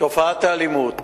תופעת האלימות